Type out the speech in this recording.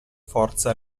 forza